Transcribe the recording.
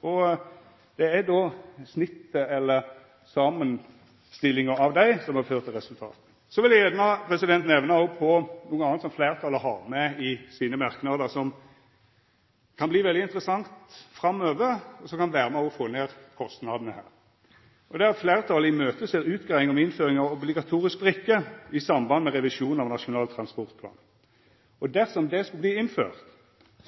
tinga. Det er då snittet eller samanstillinga av dei som har ført til resultatet. Så vil eg gjerne nemna noko anna som fleirtalet har med i merknadene sine, som kan verta veldig interessant framover, og som kan vera med og få ned kostnadene: «Fleirtalet imøteser utgreiing om innføring av obligatorisk brikke i samband med revisjon av Nasjonal transportplan. Dersom det skulle bli innført,